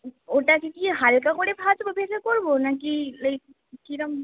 ওটাকে কি হালকা করে ভাজবো ভেজে করবো না কি এই কীরম